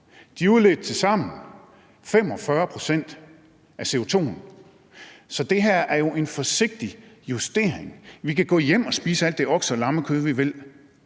de udledte tilsammen 45 pct. af CO2'en. Så det her er jo en forsigtig justering. Vi kan gå hjem og spise alt det okse- og lammekød, vi vil,